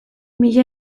mila